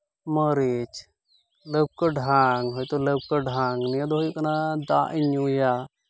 ᱢᱟᱹᱨᱤᱪ ᱞᱟᱹᱣᱠᱟᱹ ᱰᱷᱟᱝ ᱦᱚᱭᱛᱳ ᱞᱟᱹᱣᱠᱟᱹ ᱰᱷᱟᱝ ᱱᱤᱭᱟᱹ ᱫᱚ ᱦᱩᱭᱩᱜ ᱠᱟᱱᱟ ᱫᱟᱜ ᱤᱧ ᱧᱩᱭᱟ